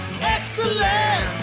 Excellent